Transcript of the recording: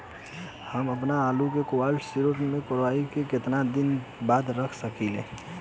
हम आपनआलू के कोल्ड स्टोरेज में कोराई के केतना दिन बाद रख साकिले?